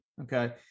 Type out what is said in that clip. Okay